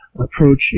approach